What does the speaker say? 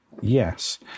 Yes